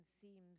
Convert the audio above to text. seems